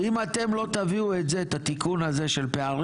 אם אתם לא תביאו את זה את התיקון הזה של הפערים